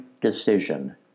decision